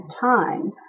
time